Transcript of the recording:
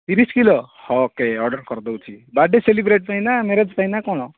ତିରିଶ kilo okay order କରିଦେଉଛି ବାଡ଼େ ସେଲିବ୍ରେଟ ପାଇଁ ନା ମେରେଜ୍ ପାଇଁ ନା କ'ଣ